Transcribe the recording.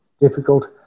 difficult